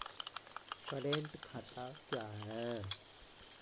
Current खाता क्या हैं?